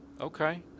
Okay